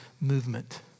movement